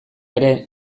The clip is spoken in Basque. ere